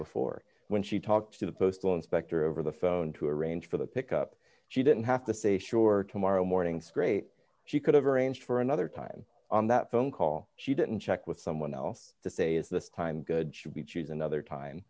before when she talked to the postal inspector over the phone to arrange for the pick up she didn't have to say sure tomorrow morning straight she could have arranged for another time on that phone call she didn't check with someone else to say is this time good should be choose another time